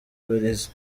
barize